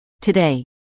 Today